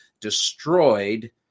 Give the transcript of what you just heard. destroyed